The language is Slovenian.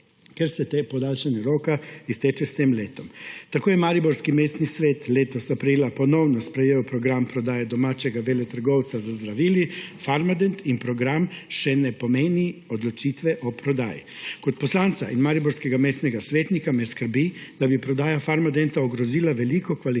ker se podaljšanje roka izteče s tem letom. Tako je mariborski mestni svet letos aprila ponovno sprejel program prodaje domačega veletrgovca z zdravili, Farmadent, in program še ne pomeni odločitve o prodaji. Kot poslanca in mariborskega mestnega svetnika me skrbi, da bi prodaja Farmadenta ogrozila veliko kvalitetnih